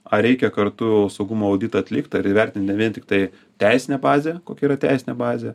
ar reikia kartu saugumo auditą atlikt ar įvertint ne vien tiktai teisinę bazę kokia yra teisinė bazė